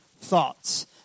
thoughts